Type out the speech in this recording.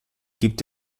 gibt